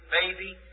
baby